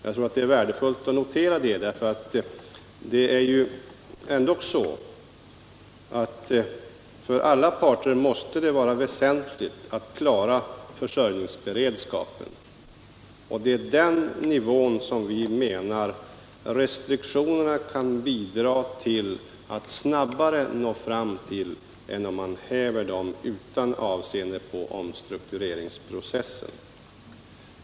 Jag tror att det är värdefullt att konstatera det, eftersom det ändock för alla parter måste vara väsentligt att klara försörjningsberedskapen. Vi menar att restriktionerna kan bidra till att vi snabbare når den önskvärda nivån än om vi häver dem utan avseende på struktureringsprocessen.